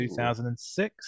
2006